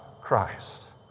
Christ